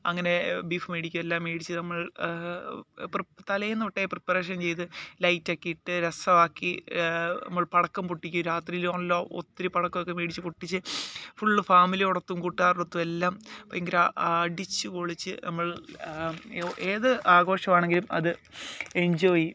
അങ്ങനെ ബീഫ് മേടിക്കും എല്ലാം മേടിച്ച് നമ്മൾ തലേന്ന് തൊട്ടേ പ്രീപറേഷൻ ചെയ്ത് ലൈറ്റൊക്കെ ഇട്ട് രസമാക്കി നമ്മൾ പടക്കം പൊട്ടിക്കും രാത്രിയില് നല്ല ഒത്തിരി പടക്കമൊക്കെ മേടിച്ച് പൊട്ടിച്ച് ഫുള്ള് ഫാമിലിയോടൊത്തും കൂട്ടുകാരോടൊത്തും എല്ലാം ഭയങ്കര അടിച്ച്പൊളിച്ച് നമ്മൾ ഏത് ആഘോഷമാണെങ്കിലും അത് എൻജോയേയ്യും